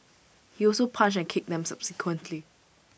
he also punched and kicked them subsequently